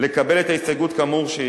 לקבל את ההסתייגות כאמור,